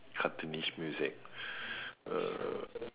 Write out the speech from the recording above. cartoonish music uh